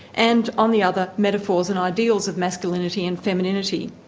and on the other, metaphors and ideals of masculinity and femininity.